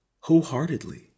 wholeheartedly